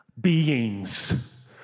beings